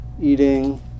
eating